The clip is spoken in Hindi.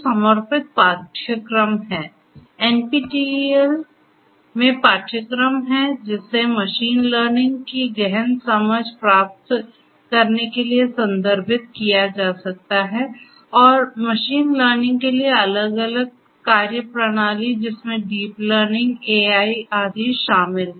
समर्पित पाठ्यक्रम हैं एनपीटीईएल में पाठ्यक्रम है जिसे मशीन लर्निंग की गहन समझ प्राप्त करने के लिए संदर्भित किया जा सकता है और मशीन लर्निंग के लिए अलग अलग कार्यप्रणाली जिसमें डीप लर्निंग एआई आदि शामिल हैं